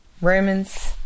Romans